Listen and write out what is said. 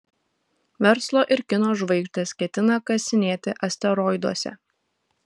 verslo ir kino žvaigždės ketina kasinėti asteroiduose